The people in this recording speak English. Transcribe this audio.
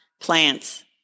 plants